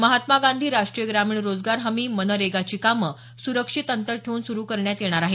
महात्मा गांधी राष्ट्रीय ग्रामीण रोजगार हमी मनरेगाची कामं सुरक्षित अंतर ठेऊन सुरू करण्यात येणार आहेत